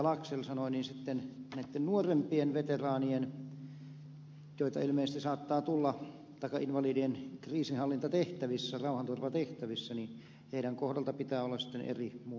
laxell sanoi näitten nuorempien sotainvalidien joita ilmeisesti saattaa tulla kriisinhallintatehtävissä rauhanturvatehtävissä kohdalla pitää olla sitten eri lainsäädännöt